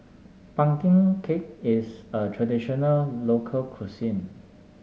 pumpkin cake is a traditional local cuisine